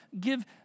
Give